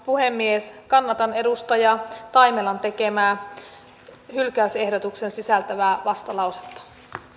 puhemies kannatan edustaja taimelan tekemää hylkäysehdotuksen sisältävää vastalausetta